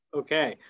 okay